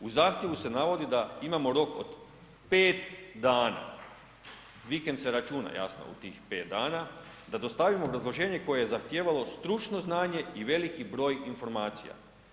U zahtjevu se navodi da imamo rok od 5 dana, vikend se računa jasno u tih 5 dana, da dostavimo obrazloženje koje je zahtijevalo stručno znanje i veliki broj informacija.